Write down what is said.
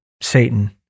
Satan